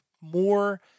more